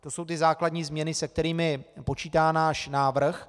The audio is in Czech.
To jsou základní změny, se kterými počítá náš návrh.